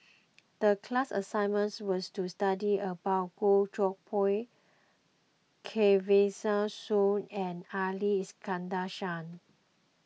the class assignment was to study about Goh Koh Pui Soon and Ali Iskandar Shah